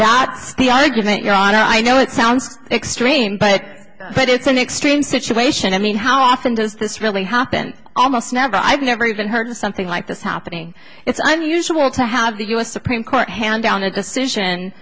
got the argument you know i know it sounds extreme but but it's an extreme situation i mean how often does this really happen almost never i've never even heard of something like this happening it's unusual to have the u s supreme court hand down a decision